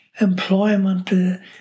employment